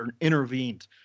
intervened